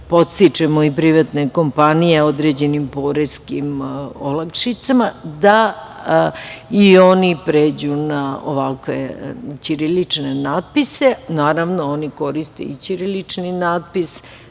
podstičemo i privatne kompanije određenim poreskim olakšicama, da i oni pređu na ovakve ćirilične natpise. Naravno oni koriste i ćirilični natpis